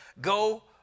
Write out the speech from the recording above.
go